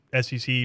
SEC